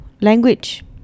Language